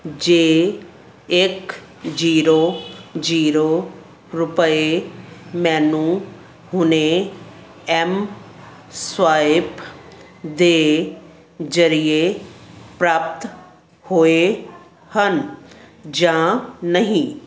ਜੇ ਇੱਕ zero zero ਰੁਪਏ ਮੈਨੂੰ ਹੁਣੇ ਐਮ ਸਵਾਇਪ ਦੇ ਜ਼ਰੀਏ ਪ੍ਰਾਪਤ ਹੋਏ ਹਨ ਜਾਂ ਨਹੀਂ